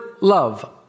Love